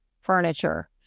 furniture